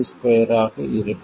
2 ஆக இருக்கும்